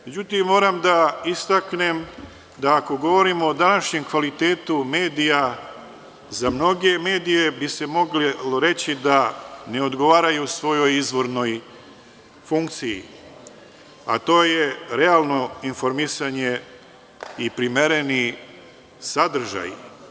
Međutim, moram da istaknem da ako govorimo o današnjem kvalitetu medija, za mnoge medije bi se moglo reći da ne odgovaraju svojoj izvornoj funkciji, a to je realno informisanje i primereni sadržaj.